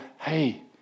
Hey